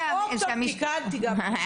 מספיק מבושל.